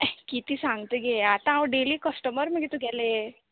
हें कितें सांगता गे आतां हांव डेली कश्टमर मगे तुगेलें